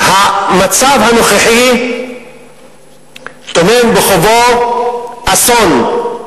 המצב הנוכחי טומן בחובו אסון.